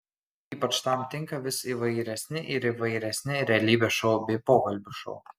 ypač tam tinka vis įvairesni ir įvairesni realybės šou bei pokalbių šou